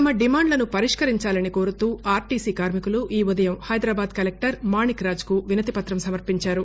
తమ డిమాండ్లను పరిష్కరించాలని కోరుతూ ఆర్టీసీ కార్మికులు ఈ ఉదయం హైదరాబాద్ కలెక్టర్ మాణిక్రాజ్కు వినతిపతం సమర్పించారు